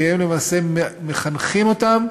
כי הם למעשה מחנכים אותם